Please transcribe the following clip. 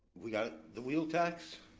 we got the wheel tax,